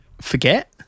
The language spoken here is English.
forget